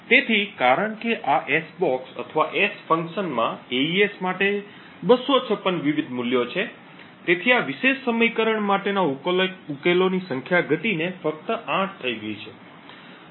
તેથી કારણ કે આ s box અથવા s ફંક્શન માં એઇએસ માટે 256 વિવિધ મૂલ્યો છે તેથી આ વિશેષ સમીકરણ માટેના ઉકેલોની સંખ્યા ઘટીને ફક્ત 8 થઈ ગઈ છે